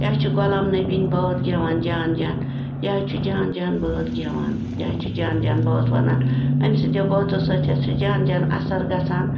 یہِ حظ چھِ غلام نبی یِن بٲتھ گٮ۪وان جان جان یہِ حظ چھُ جان جان بٲتھ گٮ۪وان یہِ حظ چھِ جان جان بٲتھ وَنان أمۍ سٕنٛدیو بٲتو سۭتۍ حظ چھِ جان جان اَثر گژھان